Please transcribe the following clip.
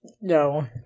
No